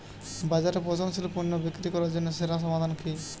বাজারে পচনশীল পণ্য বিক্রি করার জন্য সেরা সমাধান কি?